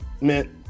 meant